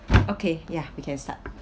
okay ya we can start